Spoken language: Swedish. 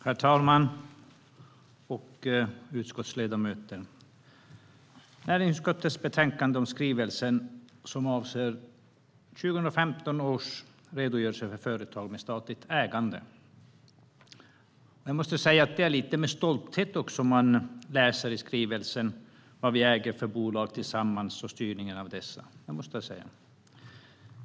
Herr talman! Utskottsledamöter! Näringsutskottets betänkande om skrivelsen 2014/15:140 avser 2015 års redogörelse för företag med statligt ägande. Jag måste säga att det är lite med stolthet man läser i skrivelsen vad vi äger för bolag tillsammans och om styrningen av dessa.